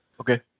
okay